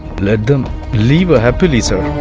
let them live ah happily so